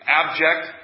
abject